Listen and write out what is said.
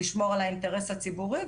לשמור על האינטרס הציבורי,